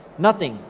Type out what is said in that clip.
nothing.